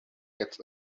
gets